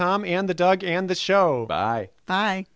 tom and the dog and the show by